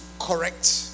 correct